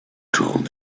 told